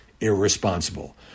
irresponsible